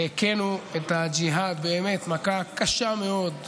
והכינו את הג'יהאד באמת מכה קשה מאוד,